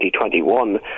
2021